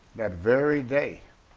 that very day.